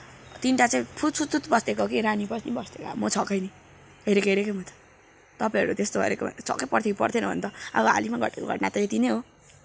तिनवटा चाहिँ फुत फुत फुत पपसिदिएको कि रानी पछि पस्दै गयो म त छक्कै नि हरेको हरेकै म त तपाईँहरू त्यस्तो गरेको भए छक्कै पर्थ्यो कि पर्थेन भन्नु त अब हालैमा घटेको घटना त यति नै हो